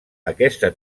aquesta